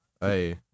Hey